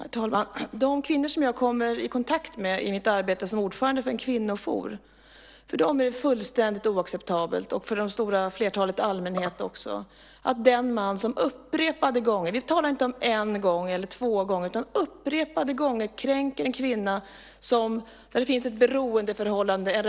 Herr talman! För de kvinnor som jag kommer i kontakt med i mitt arbete som ordförande för en kvinnojour är det fullständigt oacceptabelt, liksom för det stora flertalet av allmänheten, med en sådan påföljd i ett så allvarligt brott som vi här i riksdagen har bestämt ska kunna generera fängelse i upp till sex år. Det är lång tid.